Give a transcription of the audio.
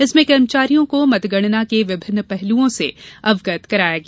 इसमें कर्मचारियों को मतगणना के विभिन्न पहलुओं से अवगत कराया गया